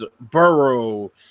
Burrow